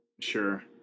Sure